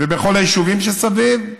ובכל היישובים שסביב?